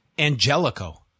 Angelico